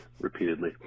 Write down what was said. repeatedly